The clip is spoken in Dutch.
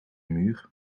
muur